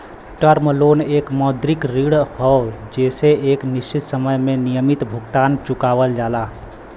term loan एक मौद्रिक ऋण हौ जेसे एक निश्चित समय में नियमित भुगतान चुकावल जाला